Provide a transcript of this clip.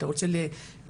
אתה רוצה לעודד.